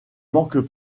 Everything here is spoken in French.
manquent